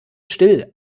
still